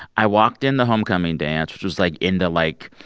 i walked in the homecoming dance, which was, like, in the, like,